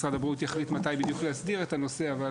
משרד הבריאות יחליט מתי להסדיר את הנושא אבל